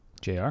JR